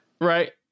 Right